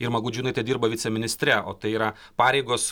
irma gudžiūnaitė dirba viceministre o tai yra pareigos